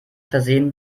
versehen